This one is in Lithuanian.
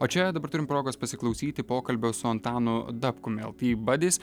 o čia dabar turim progos pasiklausyti pokalbio su antanu dapkumi el ti badis